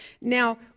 Now